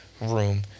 room